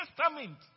Testament